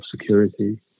security